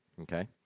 Okay